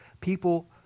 People